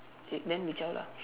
eh then we zao lah